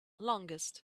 longest